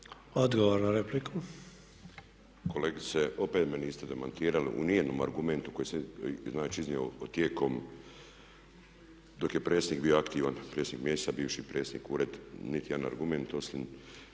Odgovor na repliku.